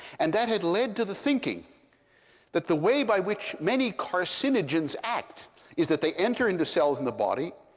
and that had led to the thinking that the way by which many carcinogens act is that they enter into cells in the body,